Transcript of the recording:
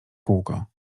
kółko